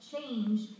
change